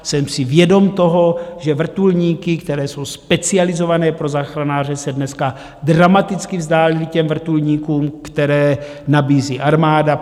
Jsem si vědom toho, že vrtulníky, které jsou specializované pro záchranáře, se dneska dramaticky vzdálily vrtulníkům, které nabízí armáda.